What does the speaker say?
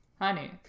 honey